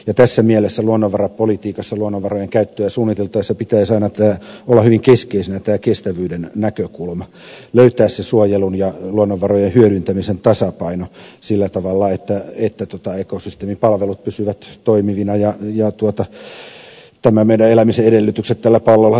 ja tässä mielessä luonnonvarapolitiikassa luonnonvarojen käyttöä suunniteltaessa pitäisi aina olla hyvin keskeisenä tämä kestävyyden näkökulma löytää se suojelun ja luonnonvarojen hyödyntämisen tasapaino sillä tavalla että ekosysteemipalvelut pysyvät toimivina ja tämän meidän elämisemme edellytykset tällä pallolla säilyvät